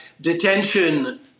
detention